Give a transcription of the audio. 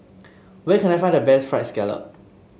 where can I find the best fried scallop